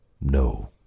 No